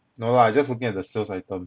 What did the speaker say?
no lah I just looking at the sales item